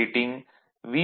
rating I1